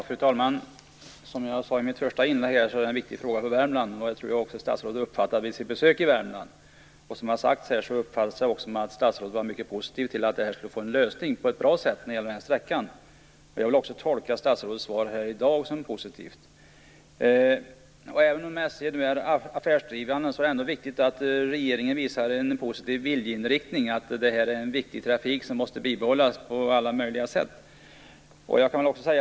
Fru talman! Som jag sade i mitt första inlägg är detta en viktig fråga för Värmland. Jag tror också att statsrådet uppfattade det vid sitt besök i Värmland. Av det som sades då uppfattade jag det som att statsrådet är mycket positiv till att problemet med den här sträckan får en bra lösning. Jag vill också tolka statsrådets svar här i dag som positivt. Även om SJ nu är affärsdrivande är det viktigt att regeringen visar en positiv viljeinriktning - att detta är en viktigt trafik som måste behållas på alla möjliga sätt.